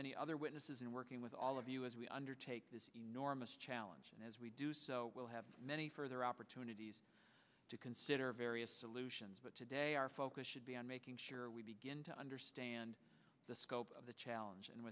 many other witnesses and working with all of you as we undertake this enormous challenge as we do so we'll have many further opportunities to consider various solutions but today our focus should be on making sure we begin to understand the scope of the challenge and